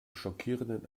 schockierenden